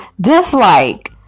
dislike